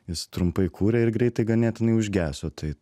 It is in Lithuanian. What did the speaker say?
jis trumpai kūrė ir greitai ganėtinai užgeso tai